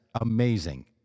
amazing